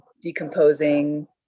decomposing